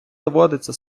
доводиться